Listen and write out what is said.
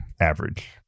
average